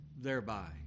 thereby